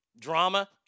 drama